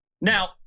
Now